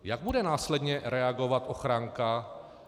Jak bude následně reagovat ochranka?